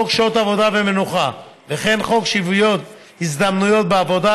חוק שעות עבודה ומנוחה וחוק שוויון הזדמנויות בעבודה